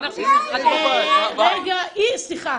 סליחה,